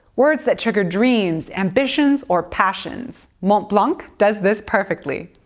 words that trigger dreams, ambitions, or passions. montblanc does this perfectly.